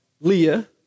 Leah